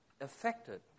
affected